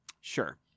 Sure